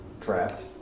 trapped